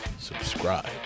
subscribe